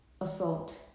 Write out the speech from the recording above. assault